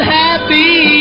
happy